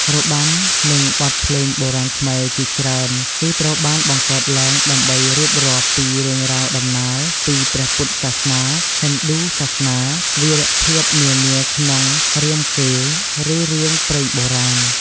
របាំ និងបទភ្លេងបុរាណខ្មែរជាច្រើន គឺត្រូវបានបង្កើតឡើងដើម្បីរៀបរាប់ពី រឿងរ៉ាវតំណាល ពីព្រះពុទ្ធសាសនា ហិណ្ឌូសាសនា វីរភាពនានាក្នុងរាមកេរ្តិ៍ ឬរឿងព្រេងបុរាណ។